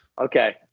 Okay